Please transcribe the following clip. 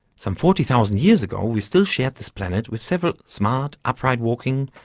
some forty thousand years ago we still shared this planet with several smart, upright-walking,